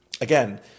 Again